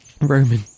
Roman